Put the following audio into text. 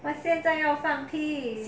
我现在要放屁